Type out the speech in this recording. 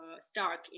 stark